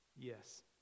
Yes